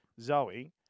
Zoe